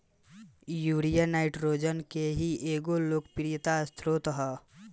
urea nitrogen के ही एगो लोकप्रिय स्रोत ह